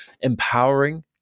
empowering